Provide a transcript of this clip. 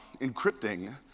encrypting